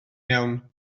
iawn